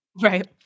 Right